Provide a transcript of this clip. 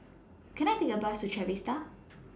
Can I Take A Bus to Trevista